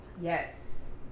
Yes